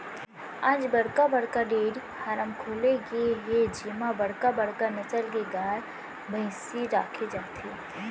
आज बड़का बड़का डेयरी फारम खोले गे हे जेमा बड़का बड़का नसल के गाय, भइसी राखे जाथे